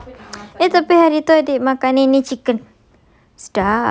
mm mm tapi hari itu adik makan nene chicken